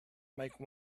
make